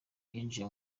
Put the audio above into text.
byinjiye